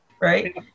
Right